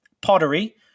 pottery